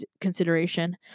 consideration